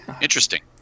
interesting